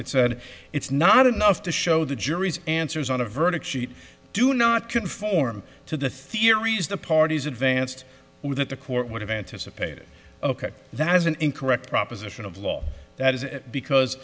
that said it's not enough to show the jury's answers on a verdict sheet do not conform to the theories the parties advanced or that the court would have anticipated that as an incorrect proposition of law that is because